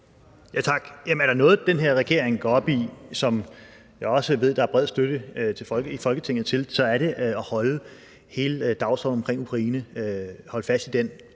Tak. Er der noget, den her regering går op i – og som jeg også ved der er bred støtte til i Folketinget – så er det at holde fast i hele dagsordenen omkring Ukraine og de